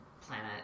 planet